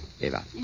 Eva